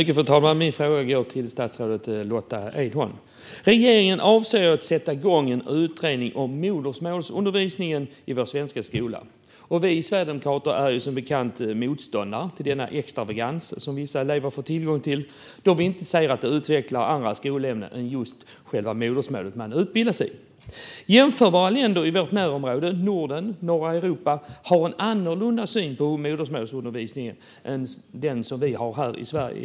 Fru talman! Min fråga går till statsrådet Lotta Edholm. Regeringen avser att tillsätta en utredning om modersmålsundervisningen i svensk skola. Sverigedemokraterna är som bekant motståndare till denna extravagans som vissa elever får tillgång till eftersom vi anser att det inte leder till utveckling i andra ämnen än just själva modersmålet. Jämförbara länder i Norden och norra Europa har en annan syn på modersmålsundervisning än Sverige.